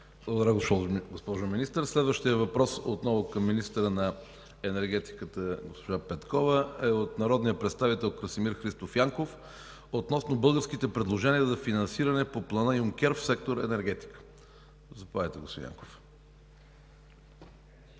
Благодаря Ви, госпожо Министър. Следващият въпрос отново, към министъра на енергетиката госпожа Петкова, е от народния представител Красимир Христов Янков относно българските предложения за финансиране по „ Плана Юнкер“ в сектор „Енергетика”. Заповядайте, господин Янков.